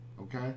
Okay